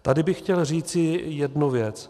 Tady bych chtěl říci jednu věc.